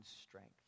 strength